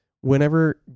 Whenever